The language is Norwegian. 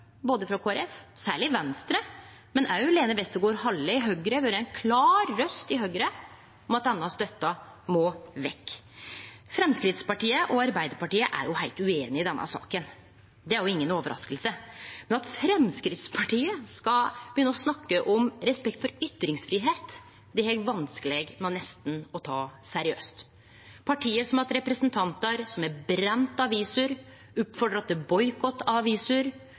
frå Kristeleg Folkeparti, særleg frå Venstre, men òg frå Høgre, ved Lene Westgaard-Halle, som har vore ei klar røyst om at denne støtta må vekk. Framstegspartiet og Arbeidarpartiet er jo heilt ueinige i denne saka. Det er inga overrasking, men at Framstegspartiet skal begynne å snakke om respekt for ytringsfridom, har eg nesten vanskeleg for å ta seriøst. Partiet har hatt representantar som har brent aviser, oppfordra til boikott av aviser og vilja fjerne pengestøtte til